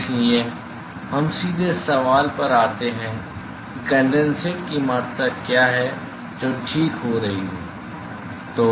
तो इसलिए हम सीधे इस सवाल पर आते हैं कि कंडेनसेट की मात्रा क्या है जो ठीक हो रही है